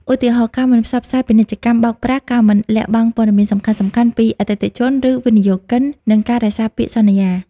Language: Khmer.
ឧទាហរណ៍ ការមិនផ្សព្វផ្សាយពាណិជ្ជកម្មបោកប្រាស់ ការមិនលាក់បាំងព័ត៌មានសំខាន់ៗពីអតិថិជន ឬវិនិយោគិន និងការរក្សាពាក្យសន្យា។